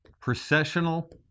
processional